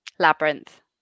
Labyrinth